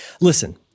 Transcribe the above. Listen